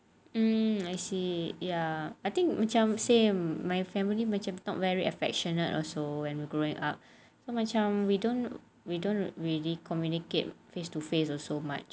mm I see ya I think macam same my family macam not very affectionate also when growing up what macam don't we don't really communicate face to face with so much